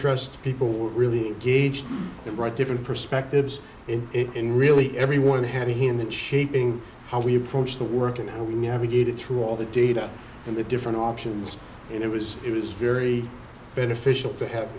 interest people were really gauged and right different perspectives in it and really everyone had a hand that shaping how we approach the work and how we navigated through all the data and the different options and it was it was very beneficial to have